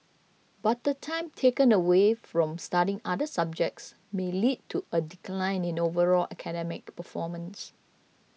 but the time taken away from studying other subjects may lead to a decline in overall academic performance